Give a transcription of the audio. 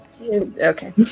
Okay